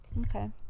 Okay